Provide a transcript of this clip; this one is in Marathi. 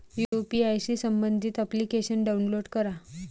यू.पी.आय शी संबंधित अप्लिकेशन डाऊनलोड करा